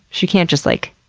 she can't just, like,